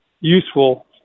useful